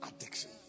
addiction